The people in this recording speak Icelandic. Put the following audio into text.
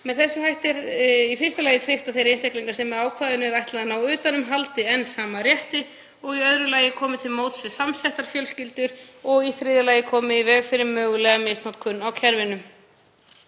Með þessum hætti er í fyrsta lagi tryggt að þeir einstaklingar sem ákvæðinu er ætlað að ná utan um haldi enn sama rétti og í öðru lagi er komið til móts við samsettar fjölskyldur og í þriðja lagi komið í veg fyrir mögulega misnotkun á kerfinu.